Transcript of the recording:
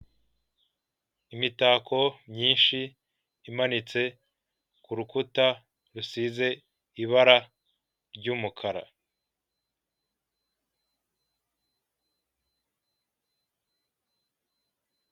Imitako myinshi imanitse ku rukuta rusize ibara ry'umukara.